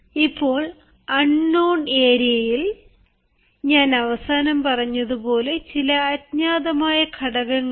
ഇപ്പോൾ അണ്നോണ് ഏര്യയിൽ ഞാൻ അവസാനം പറഞ്ഞതുപോലെ ചില അജ്ഞാതമായ ഘടകങ്ങളുണ്ട്